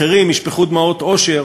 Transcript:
אחרים ישפכו דמעות אושר